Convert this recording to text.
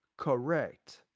Correct